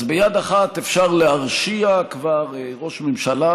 אז ביד אחת אפשר להרשיע כבר ראש ממשלה